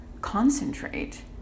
concentrate